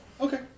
Okay